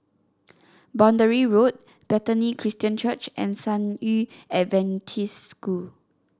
Boundary Road Bethany Christian Church and San Yu Adventist School